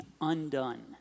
undone